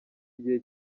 igihe